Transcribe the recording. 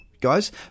Guys